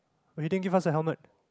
but they didn't give us a helmet